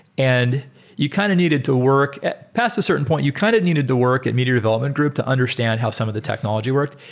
and you kind of needed to work past a certain point. you kind of needed the work at meteor development group to understand how some of the technology worked,